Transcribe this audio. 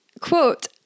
quote